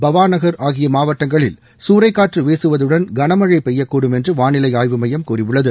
பவா நகர் ஆகிய மாவட்டங்களில் சூறைக்காற்று வீசுவதுடன் கனமழை பெய்யக்கூடும் என்று வானிலை ஆய்வு மையம் கூறியுள்ளது